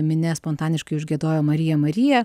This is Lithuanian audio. minia spontaniškai užgiedojo marija marija